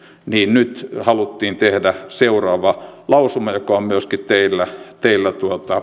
nyt haluttiin tehdä seuraava lausuma joka on myöskin teillä teillä